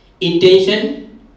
intention